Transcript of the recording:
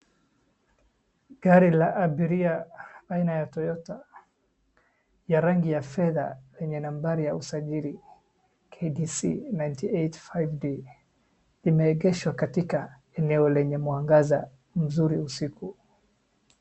Gari la abiria aina ya Toyota ya rangi ya fedha yenye nambari ya usajili KDC 985D. Limeegeshwa katika eneo lenye mwangaza mzuri usiku.